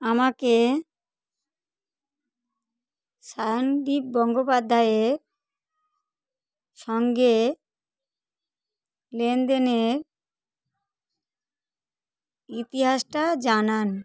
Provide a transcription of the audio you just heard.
আমাকে সায়নদীপ গঙ্গোপাধ্যায়ের সঙ্গে লেনদেনের ইতিহাসটা জানান